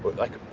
like,